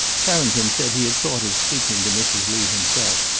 carrington said he had thought of speaking to mrs. lee himself,